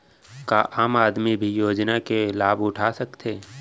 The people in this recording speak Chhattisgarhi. का आम आदमी भी योजना के लाभ उठा सकथे?